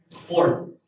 Fourth